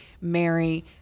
Mary